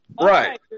Right